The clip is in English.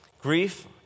grief